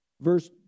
verse